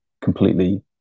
completely